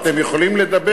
אתם יכולים לדבר,